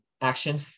action